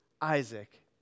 Isaac